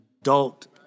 adult